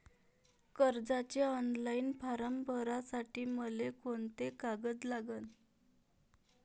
कर्जाचे online form भरासाठी मले कोंते कागद लागन?